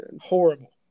Horrible